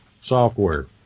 software